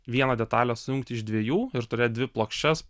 vieną detalę sujungt iš dviejų ir turėt dvi plokščias